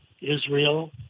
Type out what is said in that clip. Israel